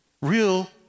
real